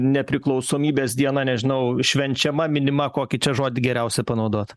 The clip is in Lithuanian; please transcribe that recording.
nepriklausomybės diena nežinau švenčiama minima kokį čia žodį geriausia panaudot